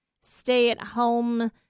stay-at-home